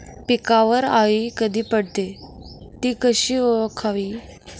पिकावर अळी कधी पडते, ति कशी ओळखावी?